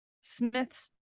smith's